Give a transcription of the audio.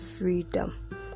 freedom